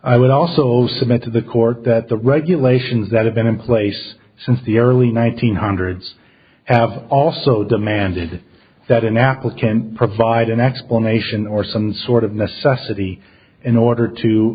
i would also submit to the court that the regulations that have been in place since the early one nine hundred have also demanded that an applicant provide an explanation or some sort of necessity in order to